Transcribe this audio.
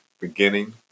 beginning